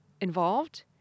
involved